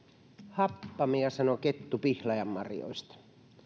happamia sanoi kettu pihlajanmarjoista